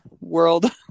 world